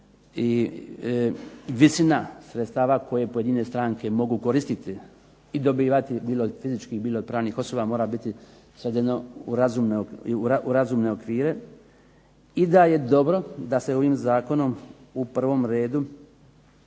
i visina sredstava koje pojedine stranke mogu koristiti i dobivati bilo fizički, bilo od pravnih osoba mora biti svedeno u razumne okvire i da je dobro da se ovim zakonom u prvom redu